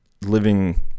living